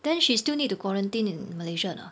then she still need to quarantine in malaysia or not